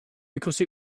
because